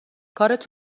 کارت